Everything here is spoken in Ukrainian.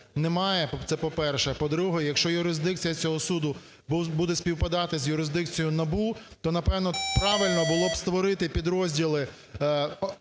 немає. Це, по-перше. По-друге, якщо юрисдикція цього суду буде співпадати з юрисдикцією НАБУ, то, напевно, правильно було б створити підрозділи,